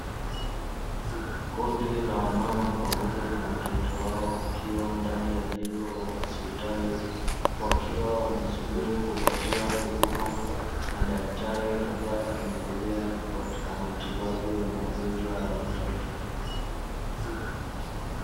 Kundi la wamama pamoja na watoto wao wakiwa ndani ya jengo la hospitali, wakiwa wanasubiri kupatiwa huduma na daktari ambaye amebobea katika matibabu ya magonjwa ya watoto.